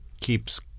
keeps